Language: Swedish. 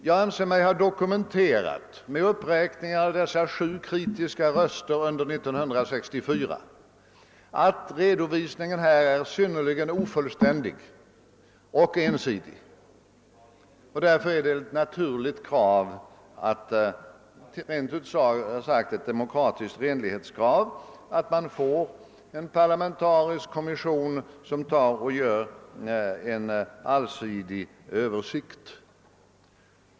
Jag anser mig genom uppräkningen av de sju kritiska rösterna under 1964 ha doku menterat att vitbokens redovisning är synnerligen ofullständig och ensidigt upplagd. Därför är det ett naturligt krav, ja, rent ut sagt ett demokratiskt renlighetskrav, att man tillsätter en parlamentarisk kommission som gör en allsidig översikt.